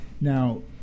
Now